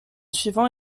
suivant